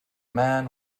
man